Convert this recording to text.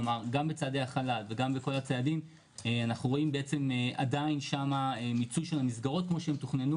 כלומר בכל הצעדים רואים שם עדיין ניצול של המסגרות כמו שהן תוכננו